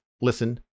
listen